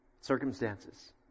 Circumstances